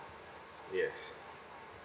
yes